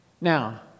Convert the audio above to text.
Now